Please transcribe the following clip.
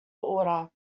order